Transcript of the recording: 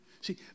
See